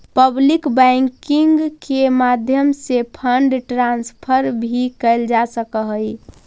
public banking के माध्यम से फंड ट्रांसफर भी कैल जा सकऽ हइ